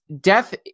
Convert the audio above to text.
death